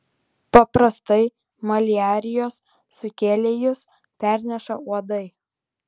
paprastai maliarijos sukėlėjus perneša uodai